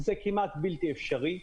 זה כמעט בלתי אפשרי.